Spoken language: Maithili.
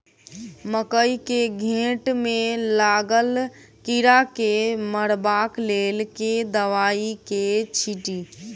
मकई केँ घेँट मे लागल कीड़ा केँ मारबाक लेल केँ दवाई केँ छीटि?